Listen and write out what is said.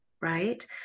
right